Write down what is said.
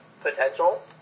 potential